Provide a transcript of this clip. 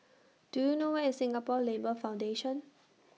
Do YOU know Where IS Singapore Labour Foundation